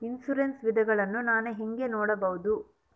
Insurance ವಿಧಗಳನ್ನ ನಾನು ಹೆಂಗ ನೋಡಬಹುದು?